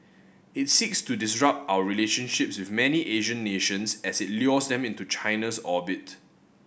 it seeks to disrupt our relationships with many Asian nations as it lures them into China's orbit